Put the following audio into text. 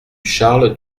charles